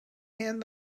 hand